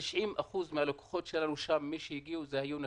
90% מהלקוחות היו נשים,